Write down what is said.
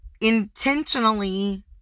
intentionally